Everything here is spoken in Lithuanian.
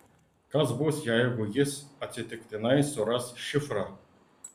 kas bus jeigu jis atsitiktinai suras šifrą